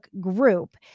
group